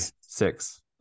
Six